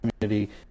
community